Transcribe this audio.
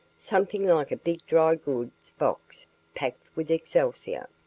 something like a big dry goods box packed with excelsior.